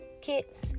kits